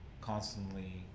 Constantly